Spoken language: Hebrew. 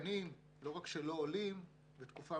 התקנים לא רק שלא עולים אלא בתקופה